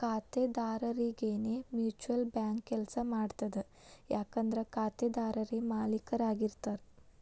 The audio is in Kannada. ಖಾತೆದಾರರರಿಗೆನೇ ಮ್ಯೂಚುಯಲ್ ಬ್ಯಾಂಕ್ ಕೆಲ್ಸ ಮಾಡ್ತದ ಯಾಕಂದ್ರ ಖಾತೆದಾರರೇ ಮಾಲೇಕರಾಗಿರ್ತಾರ